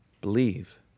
believe